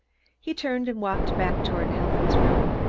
he turned and walked back toward helen's room.